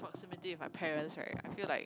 proximity with my parents right I feel like